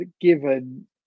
given